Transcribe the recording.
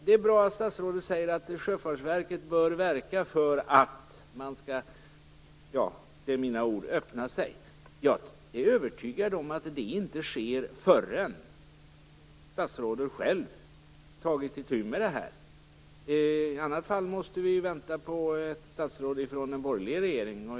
Det är bra att statsrådet säger att Sjöfartsverket bör verka för att man skall "öppna sig" - det var mina ord. Jag är övertygad om att det inte sker förrän statsrådet själv har tagit itu med det här. I annat fall måste vi vänta på ett statsråd från en borgerlig regering.